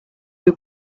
you